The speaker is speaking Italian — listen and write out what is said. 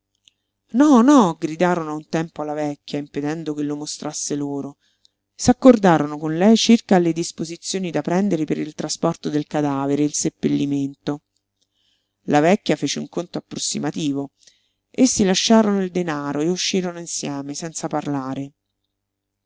no no gridarono a un tempo alla vecchia impedendo che lo mostrasse loro s'accordarono con lei circa alle disposizioni da prendere per il trasporto del cadavere e il seppellimento la vecchia fece un conto approssimativo essi lasciarono il denaro e uscirono insieme senza parlare